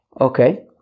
Okay